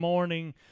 morning